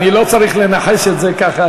אני לא צריך לנחש את זה ככה.